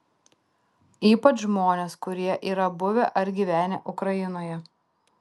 ypač žmonės kurie yra buvę ar gyvenę ukrainoje